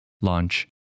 launch